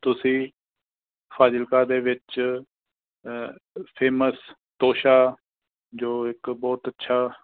ਤੁਸੀਂ ਫਾਜ਼ਿਲਕਾ ਦੇ ਵਿੱਚ ਫੇਮਸ ਤੋਸ਼ਾ ਜੋ ਇੱਕ ਬਹੁਤ ਅੱਛਾ